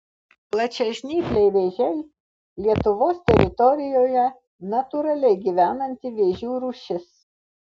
plačiažnypliai vėžiai lietuvos teritorijoje natūraliai gyvenanti vėžių rūšis